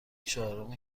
چهارم